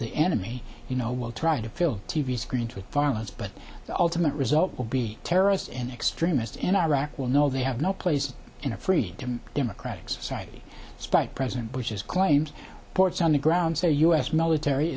the enemy you know will try to fill t v screen to violence but the ultimate result will be terrorists and extremists in iraq will know they have no place in a free and democratic society despite president bush's claims ports on the ground say u s military